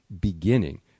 beginning